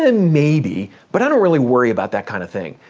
and maybe. but i don't really worry about that kind of thing.